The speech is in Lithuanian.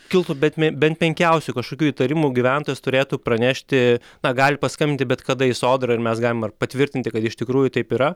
kiltų bet me bent menkiausių kažkokių įtarimų gyventojas turėtų pranešti na gali paskambinti bet kada į sodrą ir mes galim patvirtinti kad iš tikrųjų taip yra